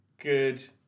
Good